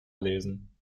lesen